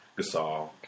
Gasol